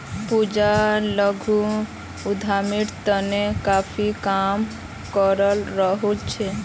पूजा लघु उद्यमितार तने काफी काम करे रहील् छ